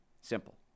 Simple